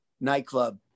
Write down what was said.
nightclub